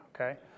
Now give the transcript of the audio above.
Okay